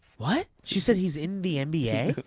what? she said he's in the and nba?